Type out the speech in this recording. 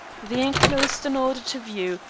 they enclosed an order to view,